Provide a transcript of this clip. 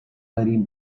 داریم